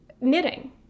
Knitting